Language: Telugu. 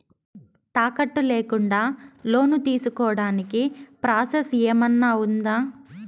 తాకట్టు లేకుండా లోను తీసుకోడానికి ప్రాసెస్ ఏమన్నా ఉందా?